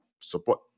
support